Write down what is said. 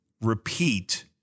repeat